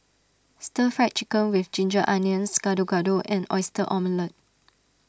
Stir Fried Chicken with Ginger Onions Gado Gado and Oyster Omelette